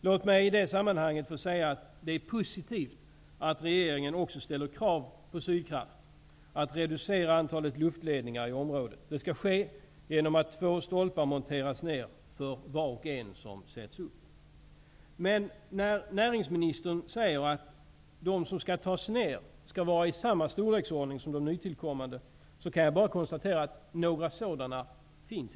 Låt mig i det sammanhanget säga att det är positivt att regeringen också ställer krav på Sydkraft att reducera antalet luftledningar i området. Det skall ske genom att två stolpar monteras ned för var och en som sätts upp. Men när näringsministern säger att de som skall tas ned skall vara i samma storleksordning som de nytillkommande kan jag bara konstatera att några sådana inte finns.